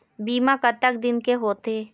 बीमा कतक दिन के होते?